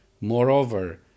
Moreover